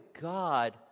God